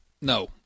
No